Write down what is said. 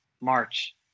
March